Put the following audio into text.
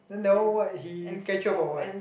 then that one what he catch up for what